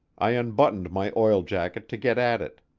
i unbuttoned my oil jacket to get at it.